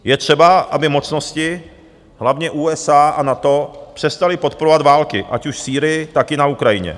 Je třeba, aby mocnosti, hlavně USA a NATO, přestaly podporovat války, ať už v Sýrii, tak i na Ukrajině.